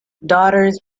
daughters